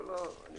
אני